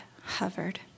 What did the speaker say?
hovered